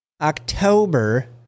October